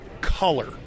color